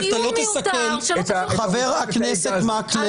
אתה לא -- זה דיון מיותר ------ חבר הכנסת מקלב,